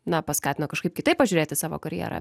na paskatino kažkaip kitaip pažiūrėti į savo karjerą